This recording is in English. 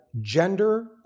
gender